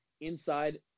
inside